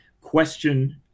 question